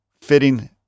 fitting